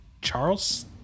Charles